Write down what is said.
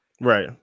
Right